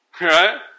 Right